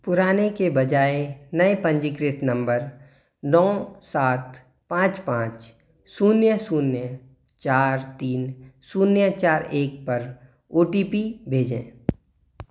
पुराने के बजाय नए पंजीकृत नम्बर नौ सात पाँच पाँच शून्य शून्य चार तीन शून्य चार एक पर ओ टी पी भेजें